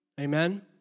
Amen